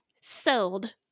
sold